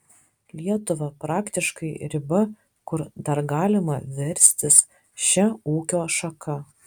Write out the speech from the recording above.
lietuva praktiškai riba kur dar galima verstis šia ūkio šaka